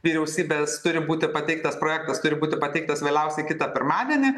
vyriausybės turi būti pateiktas projektas turi būti pateiktas vėliausiai kitą pirmadienį